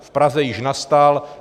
V Praze již nastal.